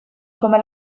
come